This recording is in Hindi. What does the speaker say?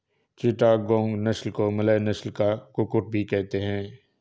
चिटागोंग नस्ल को मलय नस्ल का कुक्कुट भी कहते हैं